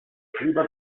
clima